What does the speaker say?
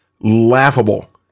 laughable